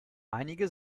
einige